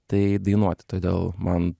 tai dainuoti todėl man